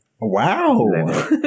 Wow